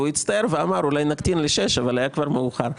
הוא הצטער ואמר אולי נקטין ל-6 אבל היה כבר מאוחר.